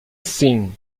sim